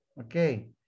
okay